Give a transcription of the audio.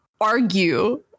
argue